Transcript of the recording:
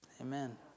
Amen